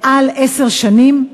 מעל עשר שנים?